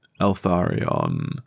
Eltharion